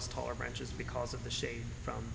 as taller branches because of the shade from